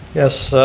yes.